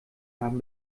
haben